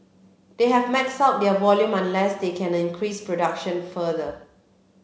they have maxed out their volume unless they can increase production further